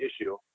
issue